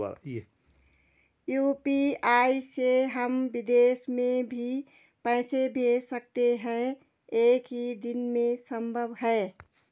UPI से हम विदेश में भी पैसे भेज सकते हैं एक ही दिन में संभव है?